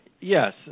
Yes